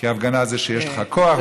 כי הפגנה זה שיש לך כוח,